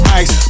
ice